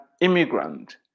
immigrant